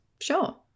Sure